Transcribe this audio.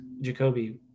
Jacoby